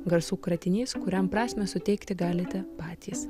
garsų kratinys kuriam prasmę suteikti galite patys